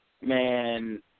Man